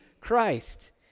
Christ